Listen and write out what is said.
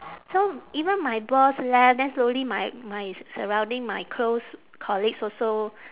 so even my boss left then slowly my my s~ surrounding my close colleagues also